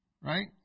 right